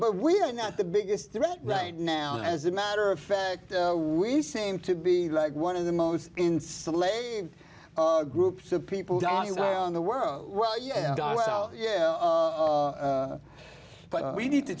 but we're not the biggest threat right now not as a matter of fact we seem to be like one of the most insane laid groups of people down in the world well yeah well yeah but we need to